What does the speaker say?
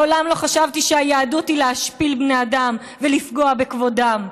מעולם לא חשבתי שהיהדות היא להשפיל בני אדם ולפגוע בכבודם.